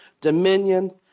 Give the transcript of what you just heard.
dominion